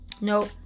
Nope